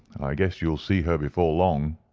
i guess you'll see her before long.